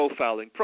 profiling